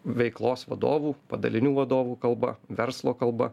veiklos vadovų padalinių vadovų kalba verslo kalba